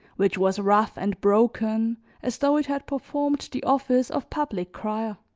which was rough and broken as though it had performed the office of public crier.